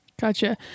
Gotcha